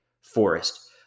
forest